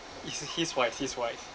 is he's wise he's wise